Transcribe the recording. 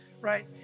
right